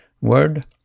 word